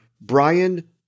Brian